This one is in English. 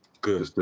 Good